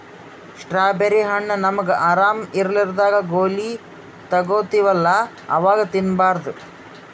strawberry ಹಣ್ಣ್ ನಮ್ಗ್ ಆರಾಮ್ ಇರ್ಲಾರ್ದಾಗ್ ಗೋಲಿ ತಗೋತಿವಲ್ಲಾ ಅವಾಗ್ ತಿನ್ಬಾರ್ದು